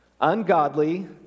ungodly